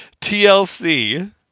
TLC